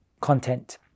content